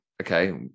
okay